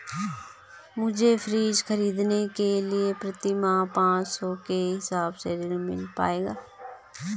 मुझे फ्रीज खरीदने के लिए प्रति माह पाँच सौ के हिसाब से ऋण मिल पाएगा?